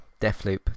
Deathloop